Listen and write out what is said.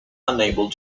unable